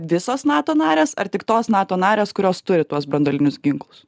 visos nato narės ar tik tos nato narės kurios turi tuos branduolinius ginklus